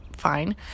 fine